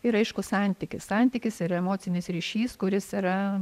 ir aišku santykis santykis ir emocinis ryšys kuris yra